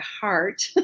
heart